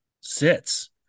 sits